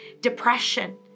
depression